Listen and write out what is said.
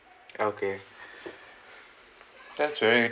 okay that's very